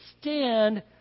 stand